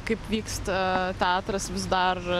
kaip vyksta teatras vis dar